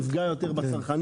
יפגע יותר בצרכנים.